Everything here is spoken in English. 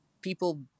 people